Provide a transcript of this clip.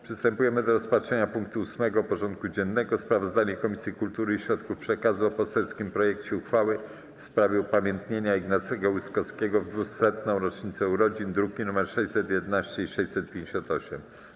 Przystępujemy do rozpatrzenia punktu 8. porządku dziennego: Sprawozdanie Komisji Kultury i Środków Przekazu o poselskim projekcie uchwały w sprawie upamiętnienia Ignacego Łyskowskiego w 200. rocznicę urodzin (druki nr 611 i 658)